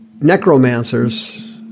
necromancers